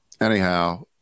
Anyhow